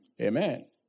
Amen